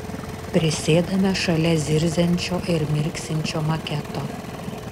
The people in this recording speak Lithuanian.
prisėdame šalia zirziančio ir mirksinčio maketo